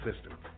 system